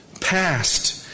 Past